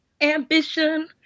Ambition